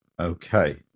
Okay